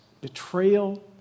betrayal